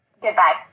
Goodbye